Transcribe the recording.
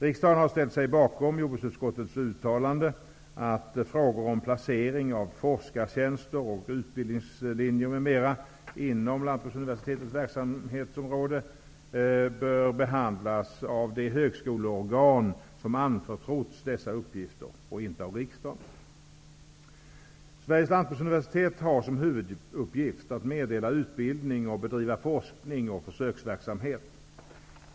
Riksdagen har ställt sig bakom jordbruksutskottets uttalande att frågor om placering av forskartjänster och utbildningslinjer m.m. inom Lantbruksuniversitetets verksamhetsområde bör behandlas av det högskoleorgan som anförtrotts dessa uppgifter och inte av riksdagen. Sveriges lantbruksuniversitet har som huvuduppgift att meddela utbildning och att bedriva forskning och försöksverksamhet.